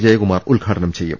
ജയകുമാർ ഉദ്ഘാടനം ചെയ്യും